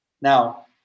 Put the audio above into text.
Now